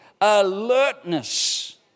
alertness